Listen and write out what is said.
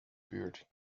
buurt